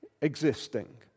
existing